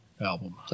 album